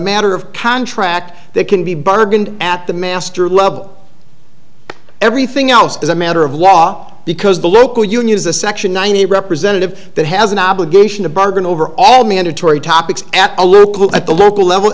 matter of contract that can be bargained at the master level everything else is a matter of law because the local union is a section nine a representative that has an obligation to bargain over all mandatory topics at a little at the local level